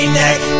neck